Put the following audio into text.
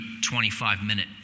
25-minute